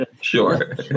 Sure